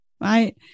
right